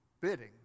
bidding